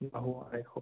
বাহু আঢ়ৈশ